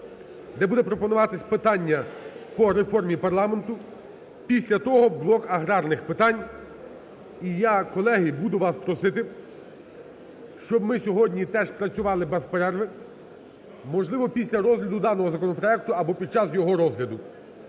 де буде пропонуватися питання по реформі парламенту, після того блок аграрних питань. І я, колеги, буду вас просити, щоб ми сьогодні теж працювали без перерви, можливо, після розгляду даного законопроекту або під час його розгляду.